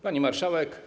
Pani Marszałek!